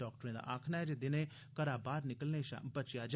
डॉक्टरें दा आक्खना ऐ जे दिनें घरा बाहर निकलने शा बचेआ जा